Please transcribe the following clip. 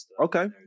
okay